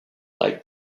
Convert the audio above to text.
lake